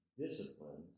disciplines